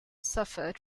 suffered